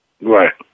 Right